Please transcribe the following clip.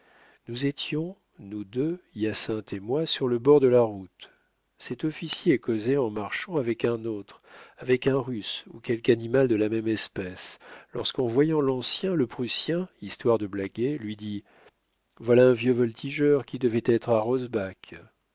nous étions nous deux hyacinthe et moi sur le bord de la route cet officier causait en marchant avec un autre avec un russe ou quelque animal de la même espèce lorsqu'en voyant l'ancien le prussien histoire de blaguer lui dit voilà un vieux voltigeur qui devait être à rosbach